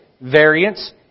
variance